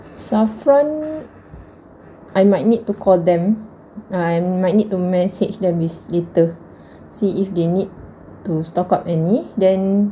safran I might need to call them um I might need to message them later see if they need to stock up any then